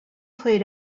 played